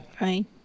Right